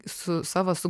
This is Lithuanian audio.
su savo su